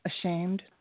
ashamed